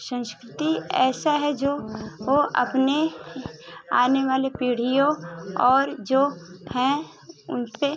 संस्कृति ऐसा है जो ओ अपने आने वाली पीढ़ियों और जो हैं उन पर